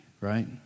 right